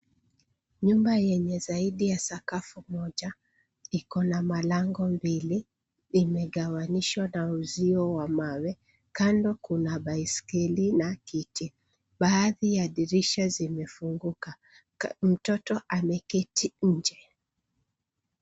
Nyumba yenye zaidi ya sakafu Moja ina malango mbili. imegawanyishwa na uzio wa mawe. kando Kuna baiskeli na kiti. baadhi ya dirisha zimefunguka. Mtoto ameketi nje.